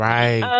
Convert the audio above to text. Right